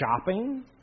shopping